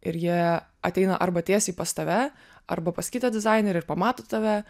ir jie ateina arba tiesiai pas tave arba pas kitą dizainerį ir pamato tave